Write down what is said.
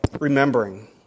remembering